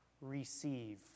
receive